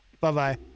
Bye-bye